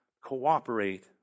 cooperate